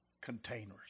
containers